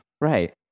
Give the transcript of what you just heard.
Right